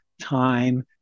time